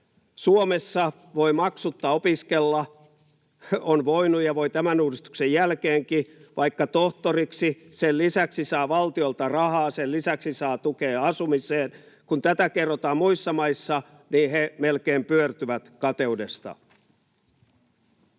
Suomessa voi maksutta opiskella, on voinut ja voi tämän uudistuksen jälkeenkin, vaikka tohtoriksi. Sen lisäksi saa valtiolta rahaa, sen lisäksi saa tukea asumiseen. Kun tätä kerrotaan muissa maissa, niin he melkein pyörtyvät kateudesta.